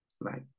right